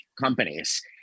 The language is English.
companies